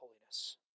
holiness